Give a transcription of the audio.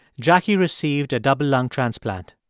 jackie received a double lung transplant.